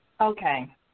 Okay